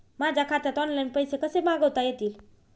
माझ्या खात्यात ऑनलाइन पैसे कसे मागवता येतील?